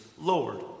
Lord